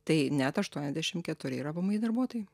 tai net aštuoniasdešim keturi yra vmi darbuotojai